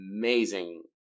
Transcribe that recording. amazing